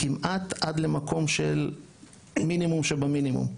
כמעט עד למקום של מינימום שבמינימום.